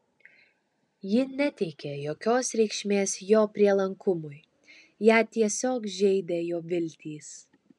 ji neteikė jokios reikšmės jo prielankumui ją tiesiog žeidė jo viltys